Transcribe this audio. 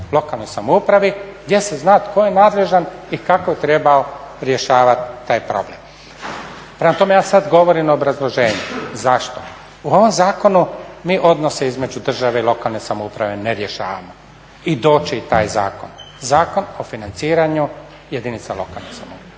lokalnoj samoupravi gdje se zna tko je nadležan i kako je trebao rješavati taj problem. Prema tome, ja sad govorim obrazloženje, zašto, u ovom zakonu mi odnose između države i lokalne samouprave ne rješavamo, i doći će i taj zakon, Zakon o financiranju jedinica lokalne samouprave.